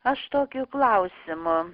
aš tokiu klausimu